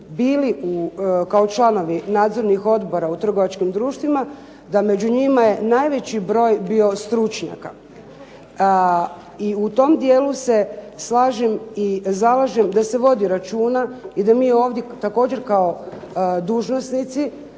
bili kao članovi nadzornih odbora u trgovačkim društvima da među njima je najveći broj bio stručnjaka. I u tom dijelu se slažem i zalažem da se vodi računa i da mi ovdje također kao dužnosnici